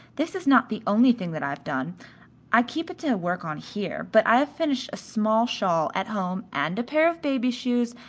this is not the only thing that i have done i keep it to work on here, but i have finished a small shawl at home, and a pair of baby's shoes,